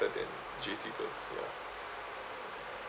better than J_C girls ya